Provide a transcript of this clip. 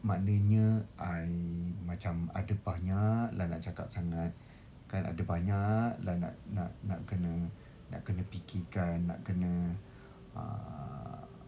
maknanya I macam ada banyak lah nak cakap sangat kan ada banyak lah nak nak nak kena nak kena fikirkan nak kena uh